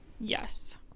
Yes